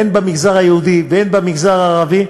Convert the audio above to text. הן במגזר היהודי והן במגזר הערבי.